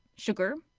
sugar,